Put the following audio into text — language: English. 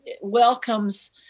welcomes